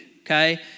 Okay